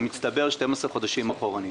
ובמצטבר 12 חודשים אחורנית.